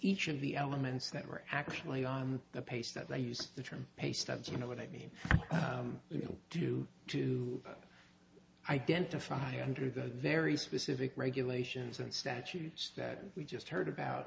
each of the elements that were actually the pace that they used the term paystubs you know what i mean you know due to identify under the very specific regulations and statutes that we just heard about